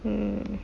mm